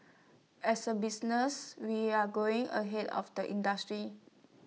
as A business we're growing ahead of the industry